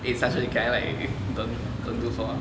eh sergeant can I like don't don't do for a while